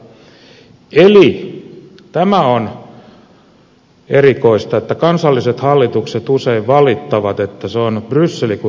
eli tämä on erikoista että kansalliset hallitukset usein valittavat että se on bryssel kun rikkoo sääntöjä